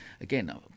again